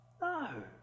No